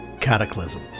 Cataclysm